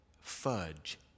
fudge